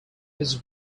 his